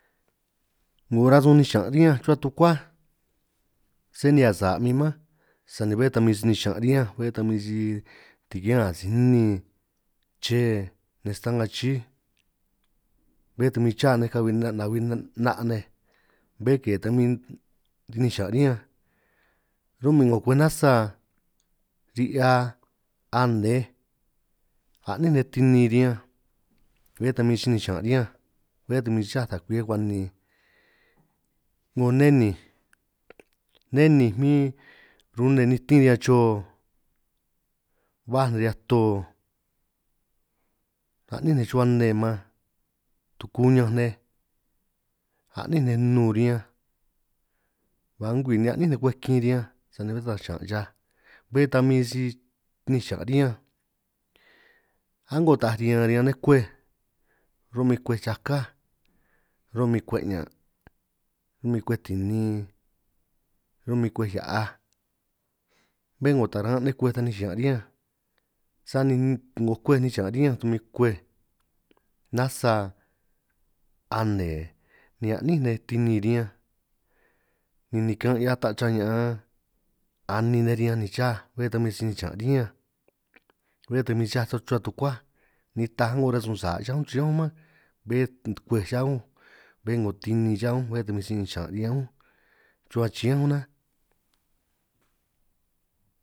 'Ngo rasun ninj xiñan' riñánj rruhua tukuáj sé nihia sa' min mánj sani bé tan min si ninj xiñan' riñánj bé ta min si tikian asij nni che nej si sta'nga chí. bé ta min chaj nej kabi nej 'na' nabi 'na' nej bé ke ta bin ninj xiñan' riñánj, ro'min 'ngo kwej nasa ri'hia anej a'nin nej tini riñanj, bé ta min xininj xiñan' riñánj bé ta min xaj nda kwi akuan', ni 'ngo neninj neninj min rune nitín riñan chio baj nej riñan to, a'nín nej rruhua nne man tukuñanj nej anín nej nnu riñanj, ba a'ngo ngwii ni a'níj nej kwej kin riñanj sani bé taj xiñan' xaj, bé ta min si ninj xiñan' riñánj a'ngo taaj riñan riñan nej kwej ro'min kwej chakáj, ro'min kwej 'ñan' ro'min kwej tini ro'min kwej hia'aj, bé 'ngo taran nej kwej ta ninj xiñan' riñánj sani 'ngo kwej ninj riñánj min kwej nasa ane, ni a'nín nej tini riñanj ni nikan' 'hiaj ata chra ña'an, anin nej riñanj ni xáj bé tan min si ninj xiñan' riñánj, bé ta min xaj rruhua tukuáj nitaj a'ngo rasun sa' xa unj chiñánj mánj, bé kwej xaj unj bé 'ngo tini xaj unj bé ta min si ninj xiñan' riñan unj rruhua chiñánj naanj.